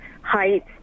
height